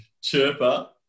chirper